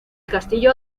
castillo